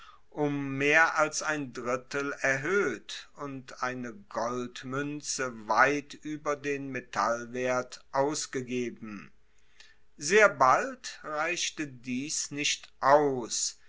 um mehr als ein drittel erhoeht und eine goldmuenze weit ueber den metallwert ausgegeben sehr bald reichte dies nicht aus